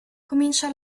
comincia